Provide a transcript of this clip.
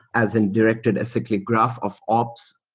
as in directed acyclic graph of ops.